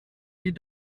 die